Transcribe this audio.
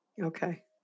Okay